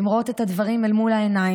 הן רואות את הדברים אל מול העיניים,